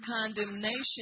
condemnation